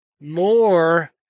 more